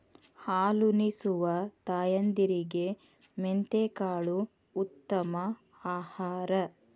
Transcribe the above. ಹಾಲುನಿಸುವ ತಾಯಂದಿರಿಗೆ ಮೆಂತೆಕಾಳು ಉತ್ತಮ ಆಹಾರ